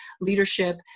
leadership